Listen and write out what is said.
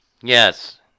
Yes